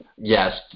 Yes